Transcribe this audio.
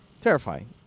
Terrifying